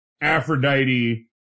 Aphrodite